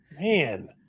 man